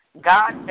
God